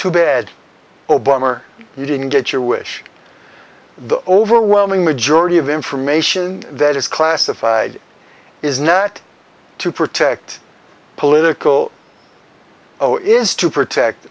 too bad obama or you didn't get your wish the overwhelming majority of information that is classified is net to protect political oh is to protect